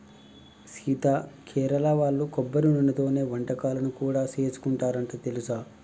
సీత కేరళ వాళ్ళు కొబ్బరి నూనెతోనే వంటకాలను కూడా సేసుకుంటారంట తెలుసా